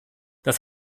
das